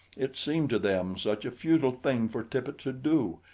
it seemed to them such a futile thing for tippet to do,